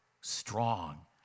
strong